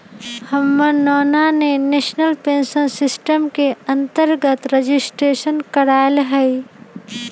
हमर नना ने नेशनल पेंशन सिस्टम के अंतर्गत रजिस्ट्रेशन करायल हइ